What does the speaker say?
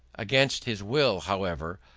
against his will, however,